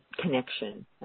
connection